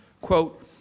quote